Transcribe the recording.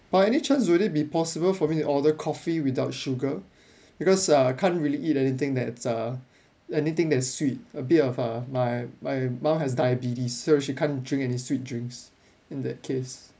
by any chance would it be possible for me to order coffee without sugar because uh I can't really eat anything that's uh anything that's sweet a bit of uh my my mum has diabetes so she can't drink any sweet drinks in that case